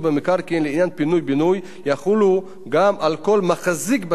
לעניין פינוי-בינוי יחולו גם על כל מחזיק בקרקע,